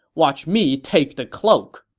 watch me take the cloak!